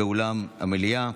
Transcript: באולם המליאה.